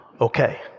Okay